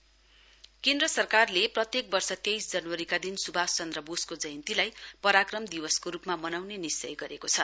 पराक्रम दिवस केन्द्र सरकारले प्रत्येक वर्ष तेईस जनवरीका दिन सुवास चन्द्र बोसको जयन्तीलाई पराक्रम दिवसको रूपमा मनाउने निश्चय गरेको छ